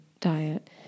diet